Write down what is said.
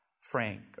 Frank